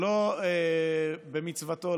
שלא במצוותו,